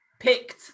picked